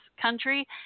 country